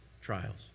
trials